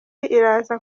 iraza